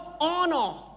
honor